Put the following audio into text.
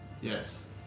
Yes